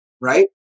right